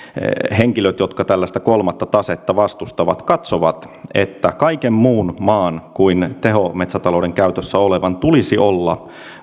henkilöt jotka tällaista kolmatta tasetta vastustavat katsovat että kaiken muun maan kuin tehometsätalouden käytössä olevan tulisi olla